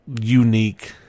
unique